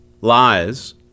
lies